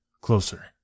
closer